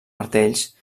martells